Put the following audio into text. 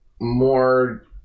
more